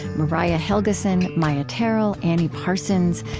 mariah helgeson, maia tarrell, annie parsons,